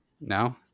no